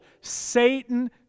Satan